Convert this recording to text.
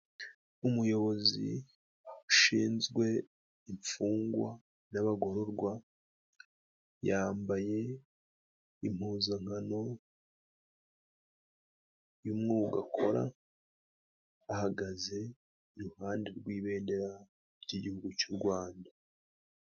Umuyobozi ushinzwe imfungwa n'abagororwa, yambaye impuzankano y'umwuga akora, ahagaze iruhande rw'ibendera ry'Igihugu cy'u Rwanda.